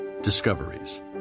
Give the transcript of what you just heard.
discoveries